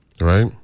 right